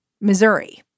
Missouri